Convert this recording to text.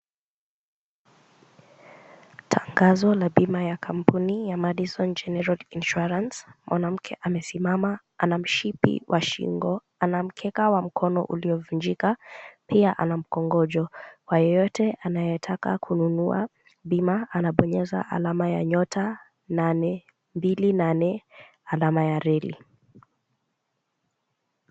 Tangazo la bima ya kampuni ya Madison General Insurance. Mwanamke amesimama ana mshipi wa shingo ana mkeka wa mkono uliovunjika pia ana mkongojo. Kwa yeyote anayetaka kununua bima anabonyeza alama ya nyota nane mbili nane alama ya reli.